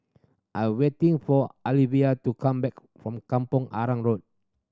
I'm waiting for Alyvia to come back from Kampong Arang Road